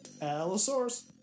Allosaurus